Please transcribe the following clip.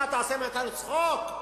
אתה עושה מאתנו צחוק?